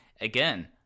again